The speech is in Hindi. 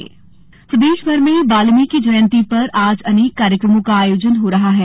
वाल्मीकि जयंती प्रदेशभर में वाल्मीकि जयंती पर आज अनेक कार्यक्रमों का आयोजन हो रहा है